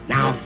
Now